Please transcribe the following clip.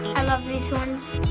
i love these ones.